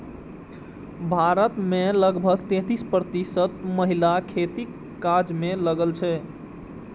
भारत मे लगभग तैंतीस प्रतिशत महिला खेतीक काज मे लागल छै